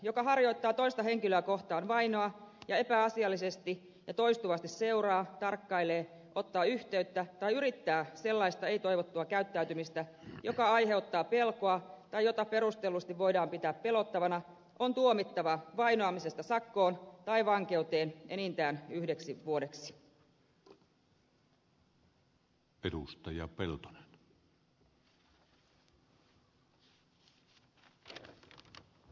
joka harjoittaa toista henkilöä kohtaan vainoa ja epäasiallisesti ja toistuvasti seuraa tarkkailee ottaa yhteyttä tai yrittää sellaista ei toivottua käyttäytymistä joka aiheuttaa pelkoa tai jota perustellusti voidaan pitää pelottavana on tuomittava vainoamisesta sakkoon tai vankeuteen enintään yhdeksi vuodeksi